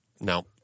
no